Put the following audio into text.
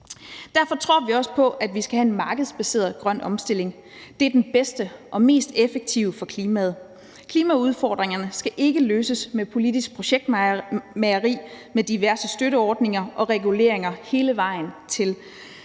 Derfor tror vi også på, at vi skal have en markedsbaseret grøn omstilling. Det er den bedste og mest effektive for klimaet. Klimaudfordringerne skal ikke løses med politisk projektmageri med diverse støtteordninger og reguleringer hele vejen frem